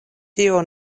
tio